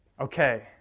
Okay